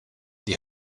die